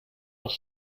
nach